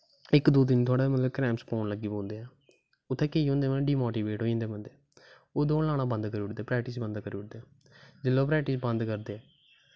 इक दो दिन थुआढ़ै मतलब कि क्रैेमस पौन लग्गी पौंदे उत्थै केह् होंदा डिमोटिवेट होई जंदे बंदे ओह् दौड़ लाना बंद करी ओड़दे प्रैकटिस बंद करी ओड़दे जिसलै ओह् प्रैकटिस बंद करदे